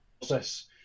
process